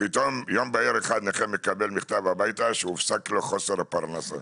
ביום בהיר אחד נכה מקבל מכתב הביתה שהופסק לו חוסר הפרנסה.